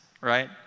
right